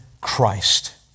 christ